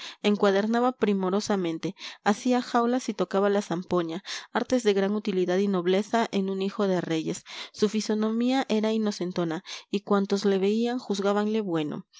era encuadernador sí encuadernaba primorosamente hacía jaulas y tocaba la zampoña artes de gran utilidad y nobleza en un hijo de reyes su fisonomía era inocentona y cuantos le veían juzgábanle bueno